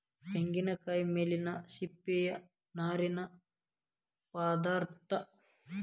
ತೆಂಗಿನಕಾಯಿಯ ಮೇಲಿನ ಸಿಪ್ಪೆಯ ನಾರಿನ ಪದಾರ್ಥ